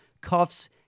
cuffs